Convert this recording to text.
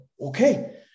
okay